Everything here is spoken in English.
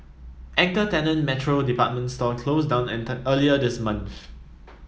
anchor tenant Metro department store closed down earlier this month